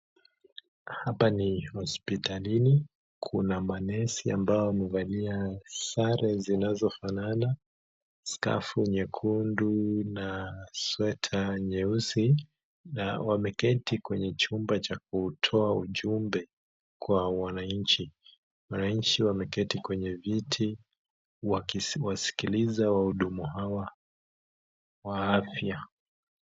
Hapa ni hospitalini, kuna ma nurse ambao wamevalia sare zinazofanana, skafu nyekundu na sweta nyeusi, na wameketi kwenye chumba cha kutoa ujumbe kwa wananchi, wananchi wameketi kwenye viti wakiwasikiliza wahudumu hawa wa afya.